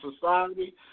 society